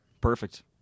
Perfect